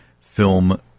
film